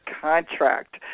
Contract